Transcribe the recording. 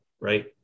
Right